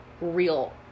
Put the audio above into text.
real